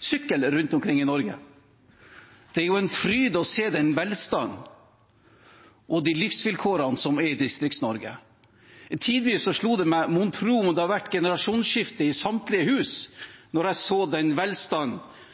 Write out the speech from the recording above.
sykkel rundt omkring i Norge. Det er en fryd å se den velstanden og de livsvilkårene som er i Distrikts-Norge. Tidvis slo det meg: mon tro det hadde vært generasjonsskifte i samtlige hus, når jeg så den